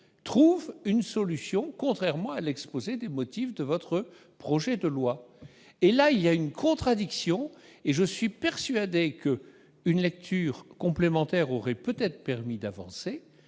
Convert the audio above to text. trouvent une solution, contrairement à l'exposé des motifs de votre projet de loi et là il y a une contradiction et je suis persuadé que une lecture complémentaire aurait peut-être permis d'avancer